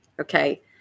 Okay